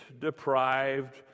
deprived